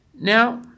Now